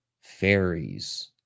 fairies